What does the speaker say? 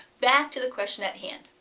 back to the question at hand,